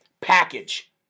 package